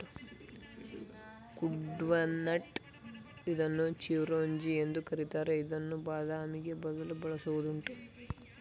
ಕುಡ್ಪನಟ್ ಇದನ್ನು ಚಿರೋಂಜಿ ಎಂದು ಕರಿತಾರೆ ಇದನ್ನು ಬಾದಾಮಿಗೆ ಬದಲು ಬಳಸುವುದುಂಟು